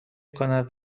کند